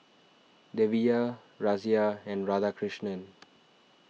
Devi Razia and Radhakrishnan